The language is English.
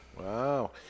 Wow